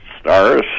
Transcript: stars